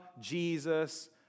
Jesus